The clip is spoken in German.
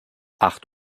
acht